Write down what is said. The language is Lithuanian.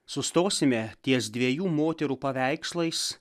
sustosime ties dviejų moterų paveikslais